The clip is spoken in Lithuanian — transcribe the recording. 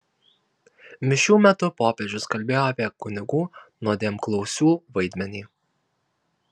mišių metu popiežius kalbėjo apie kunigų nuodėmklausių vaidmenį